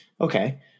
Okay